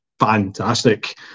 fantastic